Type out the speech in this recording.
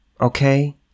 Okay